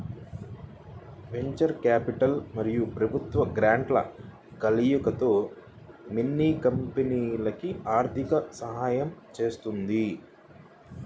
venture capital మరియు ప్రభుత్వ గ్రాంట్ల కలయికతో మిన్నీ కంపెనీకి ఆర్థిక సహాయం చేసింది